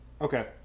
Okay